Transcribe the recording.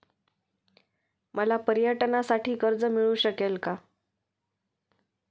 मला पर्यटनासाठी कर्ज मिळू शकेल का?